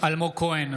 אלמוג כהן,